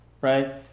Right